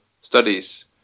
studies